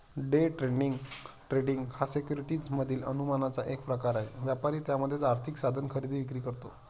day trading हा securities मधील अनुमानाचा एक प्रकार आहे, व्यापारी त्यामध्येच आर्थिक साधन खरेदी विक्री करतो